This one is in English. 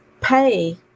pay